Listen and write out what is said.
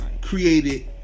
created